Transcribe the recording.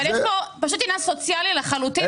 אבל יש כאן עניין סוציאלי לחלוטין.